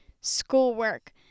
schoolwork